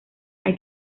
hay